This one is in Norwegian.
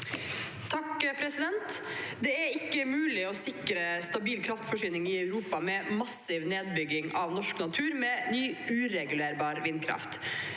er helt enig. Vi kan ikke sikre stabil kraftforsyning i Europa med massiv nedbygging av norsk natur med ny, uregulerbar vindkraft